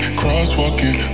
crosswalking